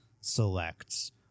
selects